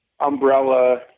umbrella